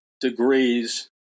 degrees